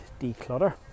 declutter